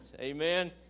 amen